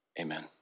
Amen